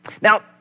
Now